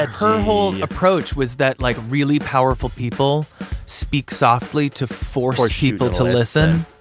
her whole approach was that, like, really powerful people speak softly to force people to listen